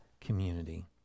community